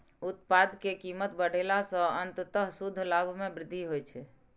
उत्पाद के कीमत बढ़ेला सं अंततः शुद्ध लाभ मे वृद्धि होइ छै